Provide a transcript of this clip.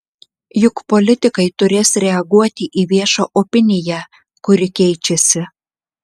juk politikai turės reaguoti į viešą opiniją kuri keičiasi